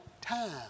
time